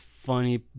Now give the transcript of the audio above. Funny